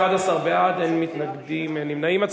11 בעד, אין מתנגדים, אין נמנעים.